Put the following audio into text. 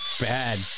bad